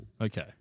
Okay